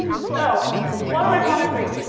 so what do i want to do?